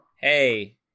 Hey